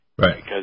Right